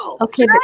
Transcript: Okay